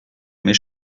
mes